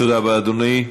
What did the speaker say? תודה רבה, אדוני.